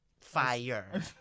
fire